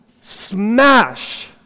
smash